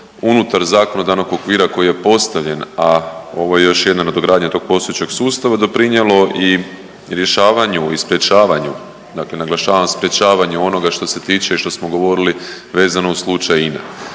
unutar zakonodavnog okvira koji je postavljen, a ovo je još jedna nadogradnja tog postojećeg sustava doprinjelo i rješavanju i sprječavanju, dakle naglašavam sprječavanju onoga što se tiče i što smo govorili vezano uz slučaj